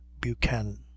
Buchanan